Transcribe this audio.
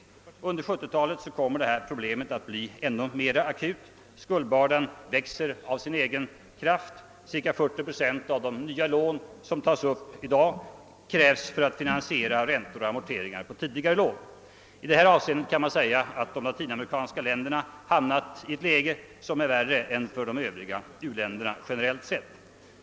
Under 1970-talet kommer detta problem att bli ännu mer akut. Skuldbördan växer av sin egen kraft. Cirka 40 procent av de nya lån som tas upp i dag krävs för att finansiera räntor och amorteringar på tidigare lån. I detta avseende kan man säga att de latinamerikanska länderna hamnat i ett läge som är värre än de övriga u-ländernas generellt sett.